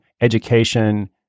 education